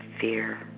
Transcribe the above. fear